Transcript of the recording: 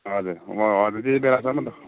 हजुर हजुर त्यति बेलासम्म त